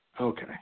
Okay